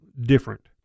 different